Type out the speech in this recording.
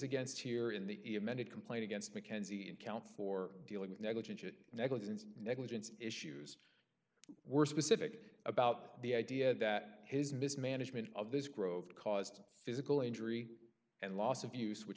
against here in the amended complaint against mckenzie in count four dealing with negligent it negligence negligence issues were specific about the idea that his mismanagement of this grove caused physical injury and loss of use which